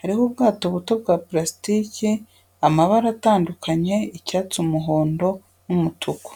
hariho ubwato buto bwa purasitiki, amabara atandukanye, icyatsi, umuhondo n'umutuku.